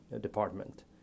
department